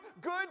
good